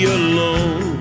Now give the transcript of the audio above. alone